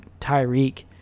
Tyreek